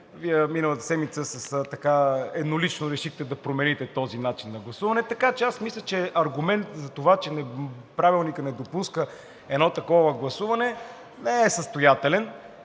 Вие миналата седмица еднолично решихте да промените този начин на гласуване, така че аз мисля, че аргумент за това, че Правилникът не допуска едно такова гласуване, не е състоятелен.